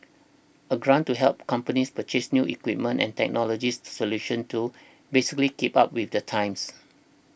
a grant to help companies purchase new equipment and technologies solutions to basically keep up with the times